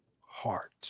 heart